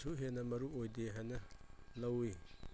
ꯀꯩꯁꯨ ꯍꯦꯟꯅ ꯃꯔꯨ ꯑꯣꯏꯗꯦ ꯍꯥꯏꯅ ꯂꯧꯋꯤ